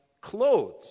clothes